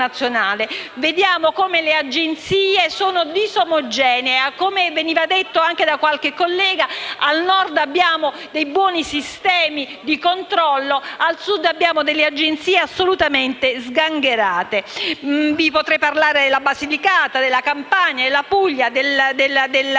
vediamo come le Agenzie sono disomogenee. Come è stato già detto da qualche collega, al Nord vi sono dei buoni sistemi di controllo, mentre al Sud delle Agenzie assolutamente sgangherate; vi potrei parlare della Basilicata, della Campania, della Puglia, della Sicilia,